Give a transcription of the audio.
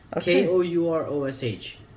K-O-U-R-O-S-H